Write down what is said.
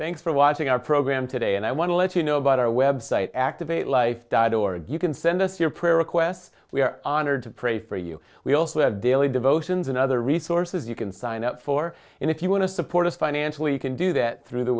thanks for watching our program today and i want to let you know about our web site activate life died or you can send us your prayer requests we are honored to pray for you we also have daily devotions and other resources you can sign up for and if you want to support us financially you can do that through the